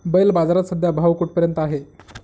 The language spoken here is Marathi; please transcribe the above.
बैल बाजारात सध्या भाव कुठपर्यंत आहे?